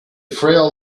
frail